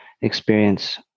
experience